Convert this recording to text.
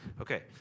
Okay